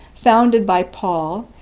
founded by paul,